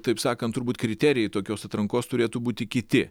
taip sakant turbūt kriterijai tokios atrankos turėtų būti kiti